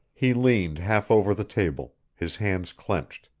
he leaned half over the table, his hands clenched,